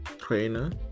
trainer